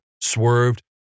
swerved